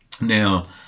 Now